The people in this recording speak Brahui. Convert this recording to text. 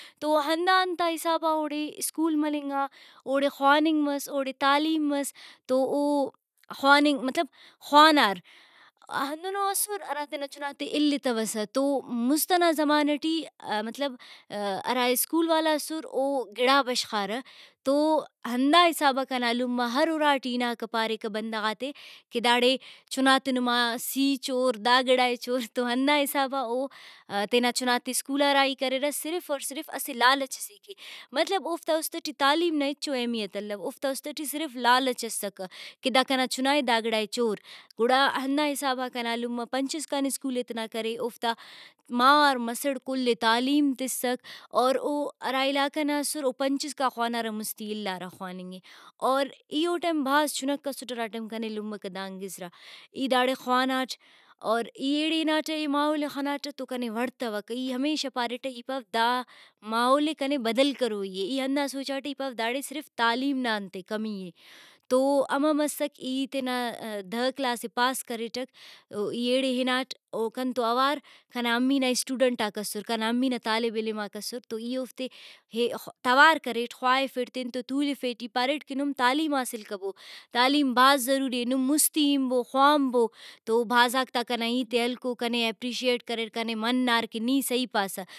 تو ہندا انتا حسابا اوڑے اسکول ملنگا اوڑے خواننگ مس اوڑے تعلیم مس تو او خواننگ مطلب خوانار۔ ہندنو اسر ہرا تینا چُھنا تے الیتوسہ تو مُست ئنا زمانہ ٹی مطلب ہرا اسکول والا اسر او گڑا بشخارہ تو ہندا حسابا کنا لمہ ہر اُراٹی ہناکہ پاریکہ بندغاتے کہ داڑے چھناتے نما سی چوردا گڑائے چور تو ہندا حسابا او تینا چھنا تے اسکولا راہی کریرہ صرف اور صرف اسہ لالچ سے کہ ۔مطلب اوفتا اُست ٹی تعلیم نا ہچو اہمیت الو اوفتا اُست ٹی صرف لالچ اسکہ کہ دا کنا چھنائے دا گڑائے چور۔ گڑا ہندا حسابا کنا لمہ پنچ اسکان اسکول ئے تینا کرے اوفتا مار مسڑ کلے تعلیم تسک اور او ہرا علاقہ نا اسر او پنچ اسکا خوانارہ مُستی اِلارہ خواننگے۔ اور ای او ٹائم بھاز چُنک اسٹ ہرا ٹائم کنے لمہ کہ دانگ گزرا۔ ای داڑے خواناٹ اور ای ایڑے ہناٹہ اے ماحول ئے خناٹہ تو کنے وڑتوکہ ای ہمیشہ پاریٹہ ای پاو دا ماحولے کنے بدل کروئی اے۔ ای ہندا سوچاٹہ ای پاو داڑے صرف تعلیم نا انتے کمی اے۔ تو ہمہ مسک ای تینا دہ کلاس ئے پاس کریٹک تو ای ایڑے ہناٹ او کنتو اوار کنا امی نا اسٹوڈنٹاک اسر کنا امی نا طالب علماک اسر تو ای اوفتے کہ توار کریٹ خواہفیٹ تینتو تولفیٹ ای پاریٹ کہ نم تعلیم حاصل کبو تعلیم بھاز ضروری اے نم مُستی ہنبو خوانبو تو بھازاک تا کنا ہیتے ہلکرکنے Appriciate کریر کنے منار کہ نی سہی پاسہ